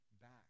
back